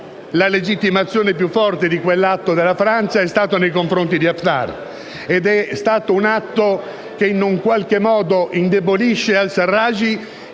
la legittimazione più forte di quell'atto, da parte della Francia, è stata nei confronti di Haftar ed è stato un atto che, in qualche modo, indebolisce al-Serraj,